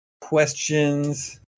questions